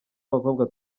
abakobwa